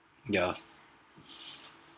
yeah